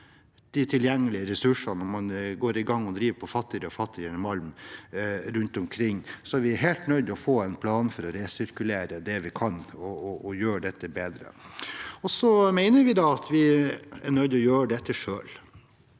de tilgjengelige res sursene, og man går i gang og driver på fattigere og fattigere malm rundt omkring. Så vi er helt nødt til å få en plan for å resirkulere det vi kan, for å gjøre dette bedre. Så mener vi at vi er nødt til å gjøre dette selv.